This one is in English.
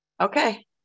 Okay